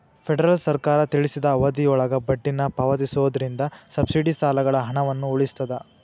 federal ಸರ್ಕಾರ ತಿಳಿಸಿದ ಅವಧಿಯೊಳಗ ಬಡ್ಡಿನ ಪಾವತಿಸೋದ್ರಿಂದ ಸಬ್ಸಿಡಿ ಸಾಲಗಳ ಹಣವನ್ನ ಉಳಿಸ್ತದ